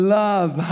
love